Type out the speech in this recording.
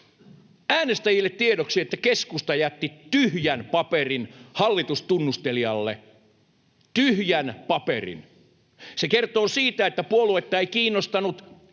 Äänestäjille tiedoksi, että keskusta jätti tyhjän paperin hallitustunnustelijalle — tyhjän paperin. Se kertoo siitä, että puoluetta ei kiinnostanut pätkän